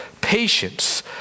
patience